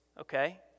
okay